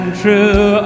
true